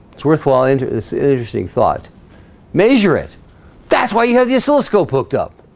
it's worthwhile enter this interesting thought measure it that's why you have the oscilloscope hooked up